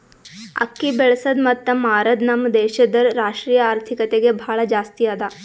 ಅಕ್ಕಿ ಬೆಳಸದ್ ಮತ್ತ ಮಾರದ್ ನಮ್ ದೇಶದ್ ರಾಷ್ಟ್ರೀಯ ಆರ್ಥಿಕತೆಗೆ ಭಾಳ ಜಾಸ್ತಿ ಅದಾ